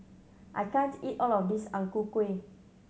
I can't eat all of this Ang Ku Kueh